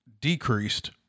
decreased